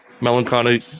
melancholy